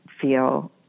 feel